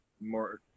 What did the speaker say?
more